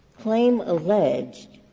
claim alleged